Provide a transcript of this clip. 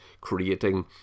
creating